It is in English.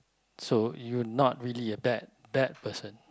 so you not really a bad bad person